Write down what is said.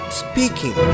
speaking